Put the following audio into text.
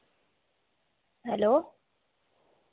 hello